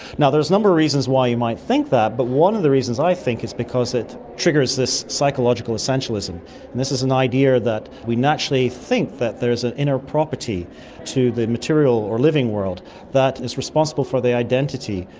now there's a number of reasons why you might think that, but one of the reasons i think is because it triggers this psychological essentialism. and this is an idea that we naturally think that there's an inner property to the material or living world that is responsible for the identity,